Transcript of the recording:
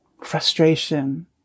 frustration